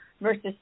versus